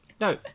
No